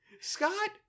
Scott